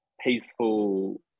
peaceful